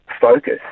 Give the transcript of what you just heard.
focus